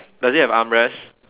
does it have armrest